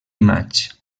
maig